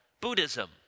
Buddhism